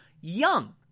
young